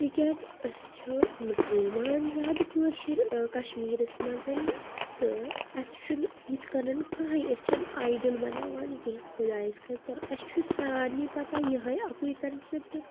تِکیٛازِ أسۍ چھِ مُسلمان زیادٕ کٲشِرۍ کَشمیٖرَس منٛزَ تہٕ اَسہِ چھُنہٕ یِتھ کٔنَن کہٕنۍ أسۍ چھِنہٕ آیڈٕل بَناوان کینٛہہ خۄدایَس خٲطرٕ اَسہِ چھُ سارنے پَتہ یِہٕے اَکُے کَنسیپٹ